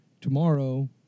tomorrow